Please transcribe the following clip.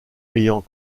ayant